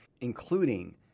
including